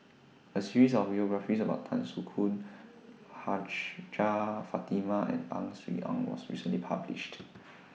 A series of biographies about Tan Soo Khoon Hajjah Fatimah and Ang Swee Aun was recently published